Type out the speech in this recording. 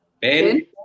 Ben